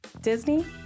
Disney